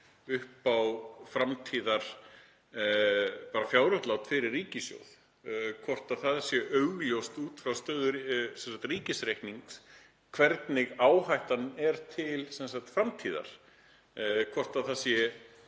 upp á framtíðarfjárútlát fyrir ríkissjóð, hvort það sé augljóst út frá stöðu ríkisreiknings hvernig áhættan er til framtíðar, hvort